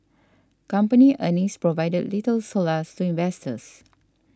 company earnings provided little solace to investors